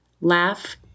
Laugh